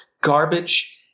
garbage